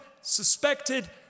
suspected